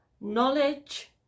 knowledge